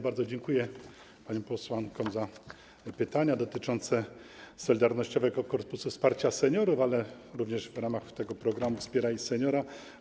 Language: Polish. Bardzo dziękuję paniom posłankom za pytania dotyczące „Solidarnościowego korpusu wsparcia seniorów”, ale również w ramach programu „Wspieraj seniora”